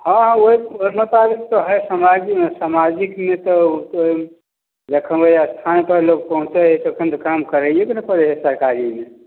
हँ ओहि ओहि मोताबिक तऽ हइ समाजमे सामाजिकमे तऽ कोइ जखन ओहि स्थानपर लोक पहुँचै हइ तऽ तखन तऽ काम करैएके ने पड़ै हइ सरकारीमे